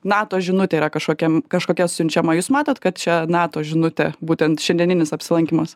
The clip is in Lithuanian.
nato žinutė yra kažkokia kažkokia siunčiama jūs matot kad čia nato žinutė būtent šiandieninis apsilankymas